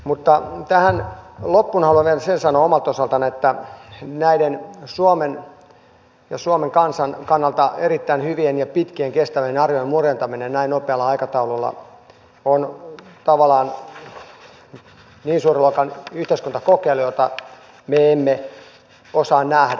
mutta tähän loppuun haluan vielä sen sanoa omalta osaltani että näiden suomen ja suomen kansan kannalta erittäin hyvien ja pitkien ja kestävien arvojen murentaminen näin nopealla aikataululla on tavallaan niin suuren luokan yhteiskuntakokeilu että me emme osaa sitä nähdä